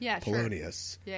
Polonius